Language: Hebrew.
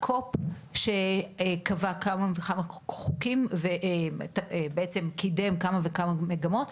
ה-COP שקבע כמה וכמה חוקים ובעצם קידם כמה וכמה מגמות.